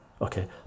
okay